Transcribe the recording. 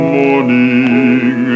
morning